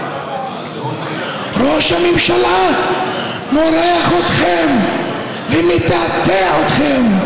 ראש הממשלה מורח אתכם ומתעתע בכם.